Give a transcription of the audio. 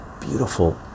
beautiful